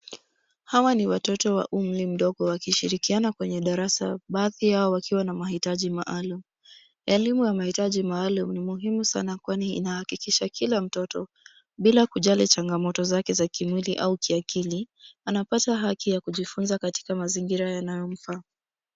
Hawa ni watoto wa umri mdogo wanashirikiana kwenye darasa baathi yao wakiwa na mahitaji maalumu, elimu ya mahitaji maalumu ni muhimu sana kwani inahakisha kila mtoto bila kujali changamoto zake za kimwili au kiakili, anapata haki ya kujifunza katika mazingiraa yanayo mfaa.